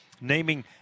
Naming